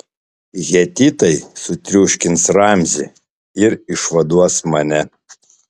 hetitai sutriuškins ramzį ir išvaduos mane